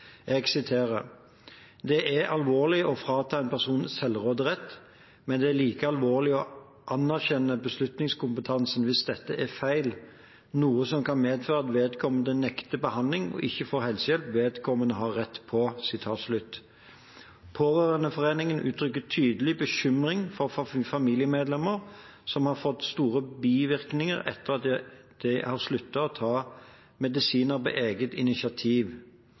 er alvorlig å frata en person selvråderett, men det er like alvorlig å anerkjenne beslutningskompetanse hvis dette er feil, noe som kan medføre at vedkommende nekter behandling og ikke får helsehjelpen vedkommende har rett på.» Pårørendeforeningen uttrykker tydelig bekymring for familiemedlemmer som har fått store bivirkninger etter at de har sluttet å ta medisiner på eget initiativ.